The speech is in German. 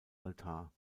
altar